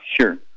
Sure